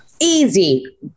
Easy